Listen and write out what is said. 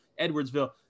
Edwardsville